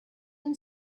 and